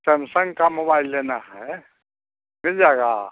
Samsung का mobile लेना है मिल जाएगा